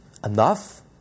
Enough